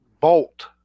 bolt